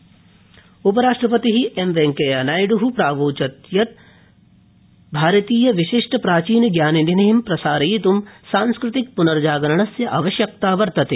नायडू संस्कृति उपराष्ट्रपति एम वेंकैया नायडू प्रावोचत् यत् भारतीयविशिष्ट प्राचीनज्ञान निधिं प्रसारयित् सांस्कृतिक प्नर्जागरणस्य आवश्यकता वर्तते